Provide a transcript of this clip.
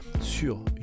sur